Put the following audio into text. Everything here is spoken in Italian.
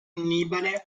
annibale